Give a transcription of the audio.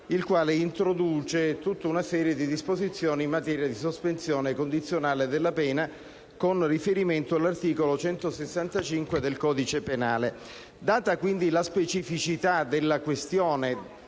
il quale introduce tutta una serie di disposizioni in materia di sospensione condizionale della pena con riferimento all'articolo 165 del codice penale. Data quindi la specificità della questione